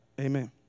amen